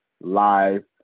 live